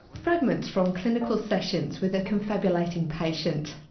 fragments from clinical sessions with a confabulating patient.